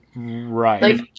Right